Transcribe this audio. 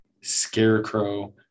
Scarecrow